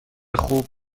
خوب